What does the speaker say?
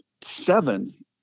seven